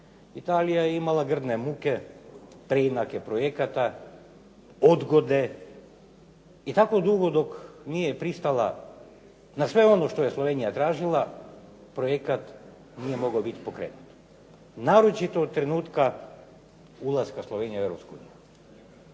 Italija je imala grdne muke, preinake projekata, odgode i tako dugo dok nije pristala na sve ono što je Slovenija tražila projekat nije mogao biti pokrenut naročito od trenutka ulaska Slovenije u Europsku uniju.